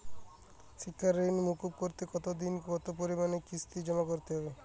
শিক্ষার ঋণ মুকুব করতে কতোদিনে ও কতো পরিমাণে কিস্তি জমা করতে হবে?